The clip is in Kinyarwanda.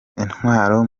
intwaro